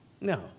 No